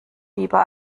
lieber